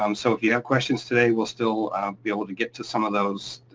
um so, if you have questions today we'll still be able to get to some of those,